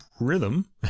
rhythm